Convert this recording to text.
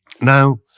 Now